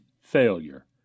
failure